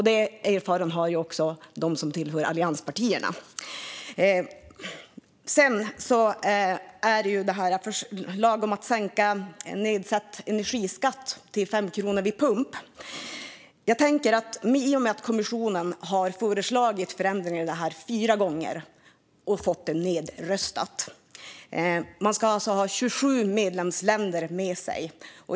Den erfarenheten har också de som tillhör allianspartierna. När det gäller förslaget om att sänka energiskatten till 5 kronor vid pump vill jag säga att kommissionen har föreslagit förändringar av detta fyra gånger och fått det nedröstat. Man ska alltså ha 27 medlemsländer med sig.